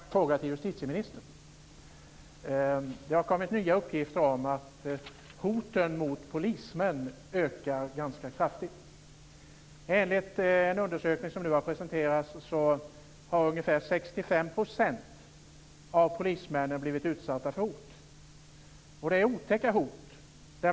Fru talman! Jag har en fråga till justitieministern. Det har kommit nya uppgifter om att hoten mot polismän ökar ganska kraftigt. Enligt en undersökning som nu har presenterats har ungefär 65 % av polismännen blivit utsatta för hot. Och det är otäcka hot.